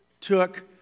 took